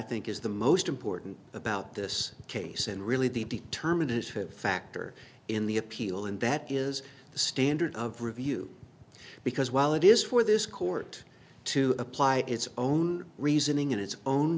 think is the most important about this case and really the determinative factor in the appeal and that is the standard of review because while it is for this court to apply its own reasoning in its own